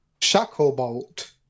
Shacklebolt